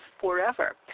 forever